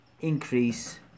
increase